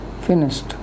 finished